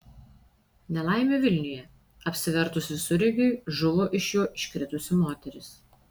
nelaimė vilniuje apsivertus visureigiui žuvo iš jo iškritusi moteris